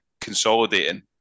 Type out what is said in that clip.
consolidating